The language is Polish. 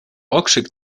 okrzyk